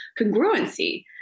congruency